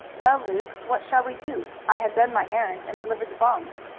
well, luke, what shall we do? i have done my errand and delivered the bonds.